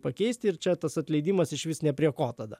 pakeisti ir čia tas atleidimas išvis ne prie ko tada